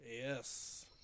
Yes